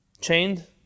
chained